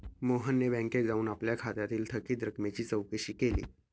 मोहनने बँकेत जाऊन आपल्या खात्यातील थकीत रकमेची चौकशी केली